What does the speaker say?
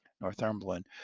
Northumberland